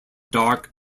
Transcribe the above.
dark